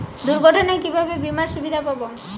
দুর্ঘটনায় কিভাবে বিমার সুবিধা পাব?